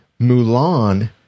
Mulan